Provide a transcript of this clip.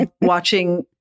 watching